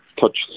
touch